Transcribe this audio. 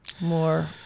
more